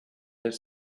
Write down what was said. their